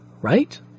right